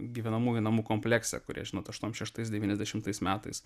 gyvenamųjų namų kompleksą kurį aš žinot aštuoniasdešimt šeštais devyniasdešimtais metais